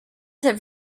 have